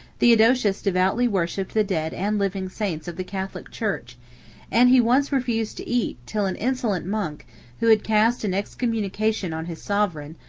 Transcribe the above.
theodosius devoutly worshipped the dead and living saints of the catholic church and he once refused to eat, till an insolent monk who had cast an excommunication on his sovereign,